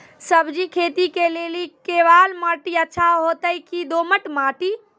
सब्जी खेती के लेली केवाल माटी अच्छा होते की दोमट माटी?